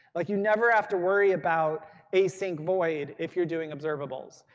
like you never have to worry about async void if you're doing observables.